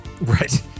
Right